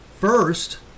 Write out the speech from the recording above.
first